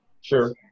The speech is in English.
Sure